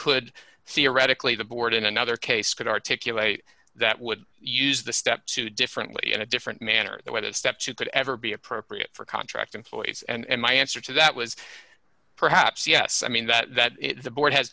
could theoretically the board in another case could articulate that would use the step two differently in a different manner the way that step two could ever be appropriate for contract employees and my answer to that was perhaps yes i mean that the board has